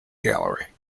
gallery